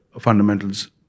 fundamentals